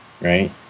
right